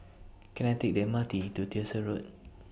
Can I Take The M R T to Tyersall Road